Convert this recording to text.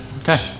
Okay